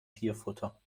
tierfutter